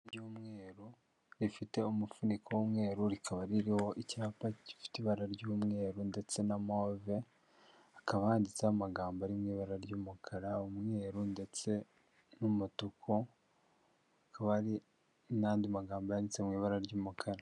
Ry'umweru rifite umufuniko w'umweru rikaba ririho icyapa gifite ibara ry'umweru ndetse na move hakaba yanditseho amagambo ari mu ibara ry'umukara umwe ndetse n'umutuku akaba hari n'andi magambo yanditse mu ibara ry'umukara.